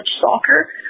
soccer